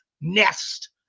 nest